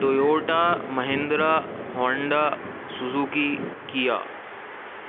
Toyota Mahindra Honda Suzuki قیا